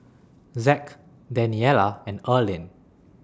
Zack Daniella and Erlene